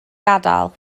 gadael